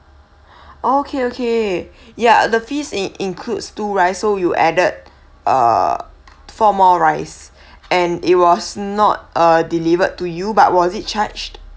okay okay ya the feast in includes two rice so you added uh four more rice and it was not a delivered to you but was it charged